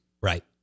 Right